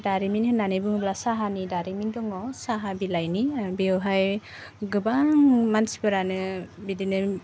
दारिमिन होननानै बुङोब्ला साहानि दारिमिन दङ साहा बिलाइनि ओह बेवहाय गोबां मानसिफोरानो बिदिनो